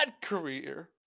career